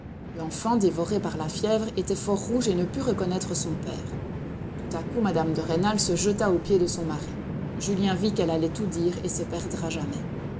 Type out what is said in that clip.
l'enfant dévoré par la fièvre était fort rouge et ne put reconnaître son père tout à coup mme de rênal se jeta aux pieds de son mari julien vit qu'elle allait tout dire et se perdre à jamais